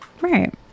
Right